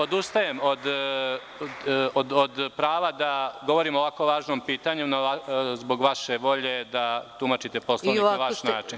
Odustajem od prava da govorim o ovako važnom pitanju, zbog vaše volje da tumačite Poslovnik na vaš način.